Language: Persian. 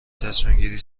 تصمیمگیری